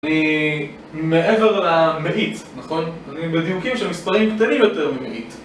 אני מעבר למאיץ, נכון? אני בדיוק עם שמספרים קטנים יותר ממאיץ.